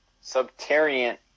Subterranean